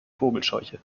vogelscheuche